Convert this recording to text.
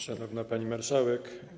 Szanowna Pani Marszałek!